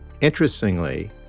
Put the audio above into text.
Interestingly